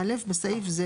(א) בסעיף זה